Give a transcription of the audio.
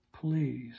Please